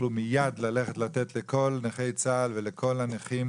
ותוכלו מיד ללכת לתת לכל נכי צהל ולכל הנכים